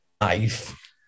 life